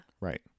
Right